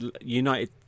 United